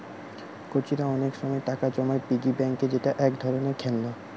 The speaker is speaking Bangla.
কচিরা অনেক সময় টাকা জমায় পিগি ব্যাংকে যেটা এক ধরণের খেলনা